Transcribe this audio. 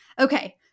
Okay